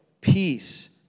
peace